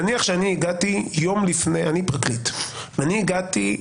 נניח שאני פרקליט, והגעתי,